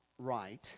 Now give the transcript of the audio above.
right